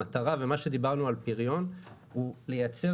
המטרה במה שאמרנו על פריון זה לייצר